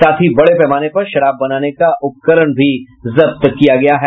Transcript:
साथ ही बड़े पैमाने पर शराब बनाने का उपकरण भी जब्त किये गये हैं